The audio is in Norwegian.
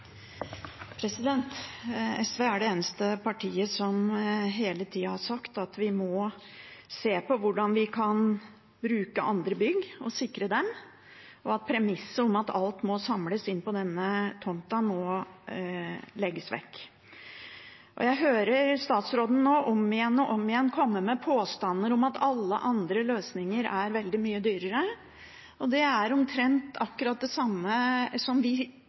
SV er det eneste partiet som hele tida har sagt at vi må se på hvordan vi kan bruke andre bygg og sikre dem, og at premisset om at alt må samles på denne tomta, må legges vekk. Jeg hører statsråden om igjen og om igjen komme med påstander om at alle andre løsninger er veldig mye dyrere, og det er omtrent akkurat det samme som vi